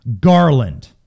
Garland